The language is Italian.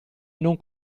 non